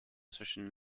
zwischen